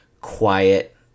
quiet